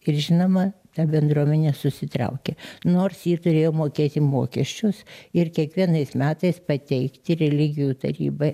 ir žinoma ta bendruomenė susitraukė nors ji turėjo mokėti mokesčius ir kiekvienais metais pateikti religijų tarybai